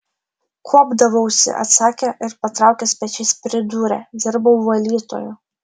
kuopdavausi atsakė ir patraukęs pečiais pridūrė dirbau valytoju